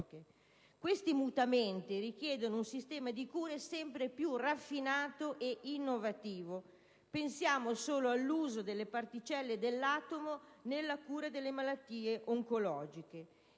Questi mutamenti richiedono un sistema di cure sempre più raffinato ed innovativo: pensiamo solo all'uso delle particelle dell'atomo nella cura delle malattie oncologiche.